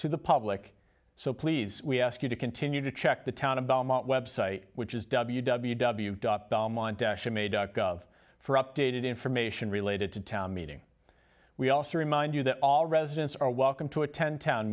to the public so please we ask you to continue to check the town of belmont website which is w w w dot gov for updated information related to town meeting we also remind you that all residents are welcome to attend town